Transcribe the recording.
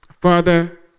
Father